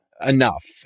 enough